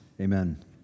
Amen